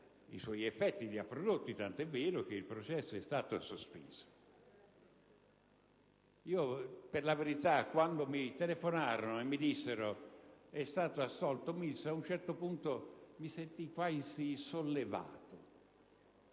i suoi effetti li ha prodotti, tant'è vero che il processo è stato sospeso. Per la verità, quando mi telefonarono e mi dissero che era stato assolto Mills mi sentii quasi sollevato: